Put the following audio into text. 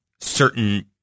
certain